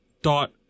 Dot